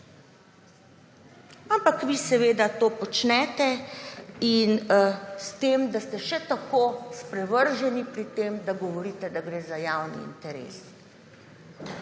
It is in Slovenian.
Ampak vi to počnete, s tem da ste še tako sprevrženi pri tem, da govorite, da gre za javni interes.